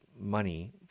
money